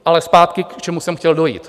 Ale zpátky, k čemu jsem chtěl dojít.